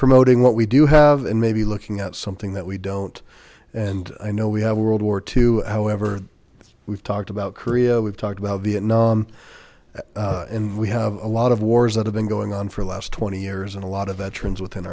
promoting what we do have and maybe looking at something that we don't and i know we have world war two however we've talked about korea we've talked about vietnam and we have a lot of wars that have been going on for the last twenty years and a lot of veterans within